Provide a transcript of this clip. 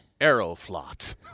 Aeroflot